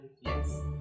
yes